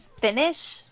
finish